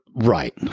Right